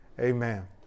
Amen